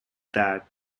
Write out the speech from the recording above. that